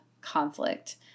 conflict